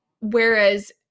whereas